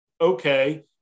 Okay